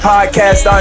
Podcast